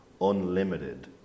unlimited